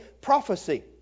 prophecy